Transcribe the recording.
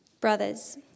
Brothers